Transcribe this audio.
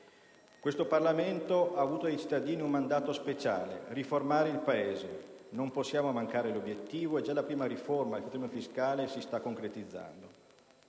Questo Parlamento ha avuto dai cittadini un mandato speciale: riformare il Paese, non possiamo mancare l'obiettivo e già la prima riforma, il federalismo fiscale, si sta concretizzando.